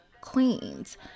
Queens